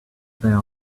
their